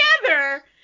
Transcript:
together